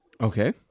Okay